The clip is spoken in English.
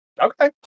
Okay